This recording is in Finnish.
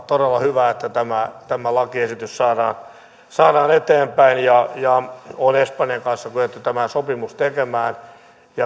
todella hyvä että tämä lakiesitys saadaan saadaan eteenpäin ja ja on espanjan kanssa kyetty tämä sopimus tekemään